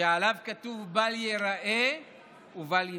שעליו כתוב "בל ייראה ובל יימצא".